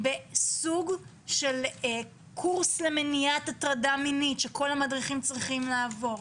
בסוג של קורס למניעת הטרדה מינית שכל המדריכים צריכים לעבור.